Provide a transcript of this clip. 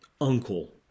uncle